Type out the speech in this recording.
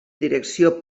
direcció